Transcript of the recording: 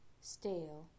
Stale